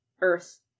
earth